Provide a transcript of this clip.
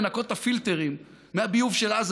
לנקות את הפילטרים מהביוב של עזה.